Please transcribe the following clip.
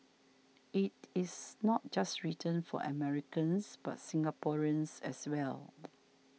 it is not just written for Americans but Singaporeans as well